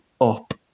up